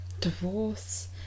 divorce